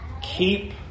keep